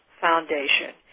Foundation